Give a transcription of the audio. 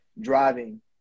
driving